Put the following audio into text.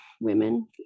women